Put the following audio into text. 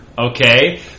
okay